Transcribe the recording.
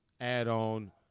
add-on